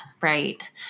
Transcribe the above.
right